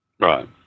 Right